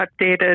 updated